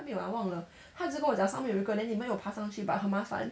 她没有我忘了她只是跟我讲上面有一个 then 你们有爬上去 but 很麻烦